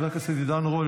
חבר הכנסת עידן רול,